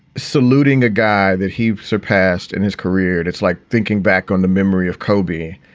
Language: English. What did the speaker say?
saluting a guy that he surpassed in his career. it's like thinking back on the memory of kobe.